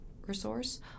resource